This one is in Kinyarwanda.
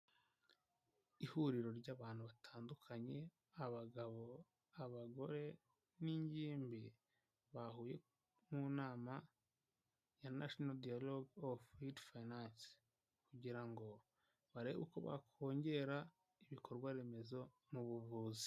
Ihuriro ry'abantu batandukanye abagabo abagore n'ingimbi bahuye mu nama ya national dialogue on health financing kugira ngo barebe uko bakongera ibikorwa remezo mu buvuzi.